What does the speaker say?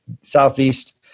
Southeast